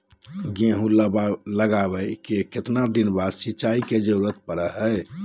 गेहूं लगावे के कितना दिन बाद सिंचाई के जरूरत पड़ो है?